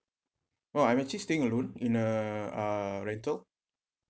!wah! I'm actually staying alone in a uh rental